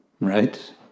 Right